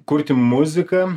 kurti muziką